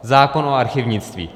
Zákon o archivnictví.